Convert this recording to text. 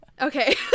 Okay